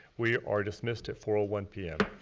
we are dismissed at four one p m.